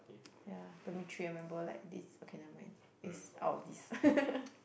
ya primary three I remember like this okay never mind is out of this